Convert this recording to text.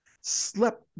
Slept